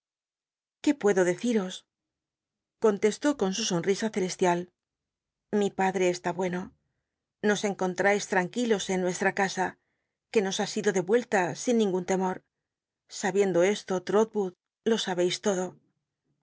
qué puedo deciros contestó con su sonrisa celestial mi padre estrl bueno nos cncontr ais tmnquilos en nuestra casa que nos ha sido devuelta sin ningun teinor sabiendo esto trolwood lo sabeis todo